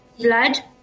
blood